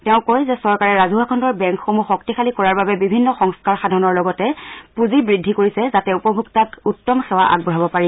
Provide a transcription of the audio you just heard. তেওঁ কয় যে চৰকাৰে ৰাজহুৱা খণ্ডৰ বেংকসমূহ শক্তিশালী কৰাৰ বাবে বিভিন্ন সংস্থাৰ সাধনৰ লগতে পূঁজি বৃদ্ধি কৰিছে যাতে উপভোক্তাক উত্তম সেৱা আগবঢ়াব পাৰে